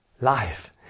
life